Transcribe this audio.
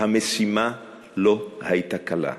המשימה לא הייתה קלה.